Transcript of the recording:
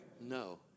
No